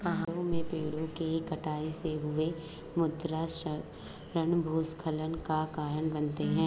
पहाड़ों में पेड़ों कि कटाई से हुए मृदा क्षरण भूस्खलन का कारण बनते हैं